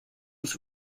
uns